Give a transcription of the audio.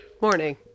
morning